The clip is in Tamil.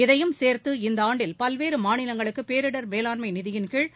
இதையும் சேர்த்து இந்த ஆண்டில் பல்வேறு மாநிலங்களுக்கு பேரிடர் மேலாண்மை நிதியின்கீழ்